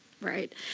Right